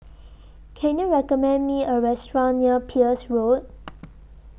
Can YOU recommend Me A Restaurant near Peirce Road